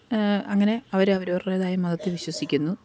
അങ്ങനെ അവര് അവരവരുടേതായ മതത്തിൽ വിശ്വസിക്കുന്നു